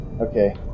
Okay